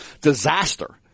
disaster